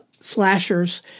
slashers